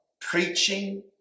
preaching